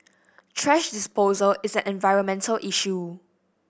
thrash disposal is an environmental issue